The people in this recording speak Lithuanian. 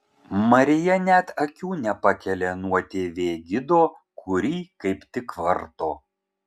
marija net akių nepakelia nuo tv gido kurį kaip tik varto